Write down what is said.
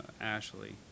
Ashley